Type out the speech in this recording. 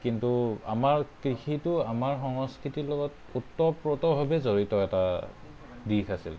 কিন্তু আমাৰ কৃষিটো আমাৰ সংস্কৃতিৰ লগত ওতঃপ্ৰোতভাৱে জড়িত এটা দিশ আছিল